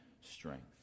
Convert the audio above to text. strength